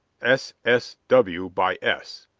s. s. w. by s.